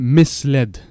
misled